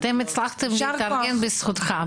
הצלחתם להתארגן בזכותך.